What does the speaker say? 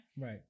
Right